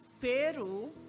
Peru